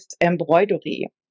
embroidery